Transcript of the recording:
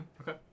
Okay